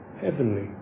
heavenly